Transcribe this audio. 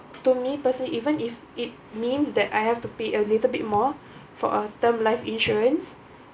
to me personally even if it means that I have to pay a little bit more for a term life insurance